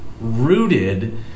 rooted